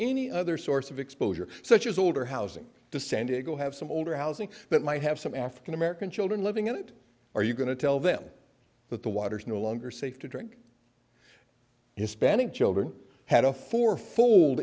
any other source of exposure such as older housing to san diego have some older housing that might have some african american children living in it are you going to tell them that the water is no longer safe to drink hispanic children had a four fold